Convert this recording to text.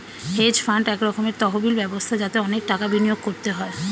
hedge fund এক রকমের তহবিল ব্যবস্থা যাতে অনেক টাকা বিনিয়োগ করতে হয়